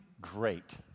great